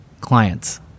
Clients